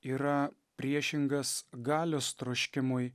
yra priešingas galios troškimui